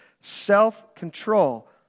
self-control